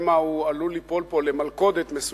שמא הוא עלול ליפול פה למלכודת מסוימת,